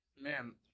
Man